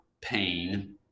pain